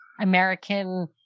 american